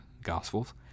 Gospels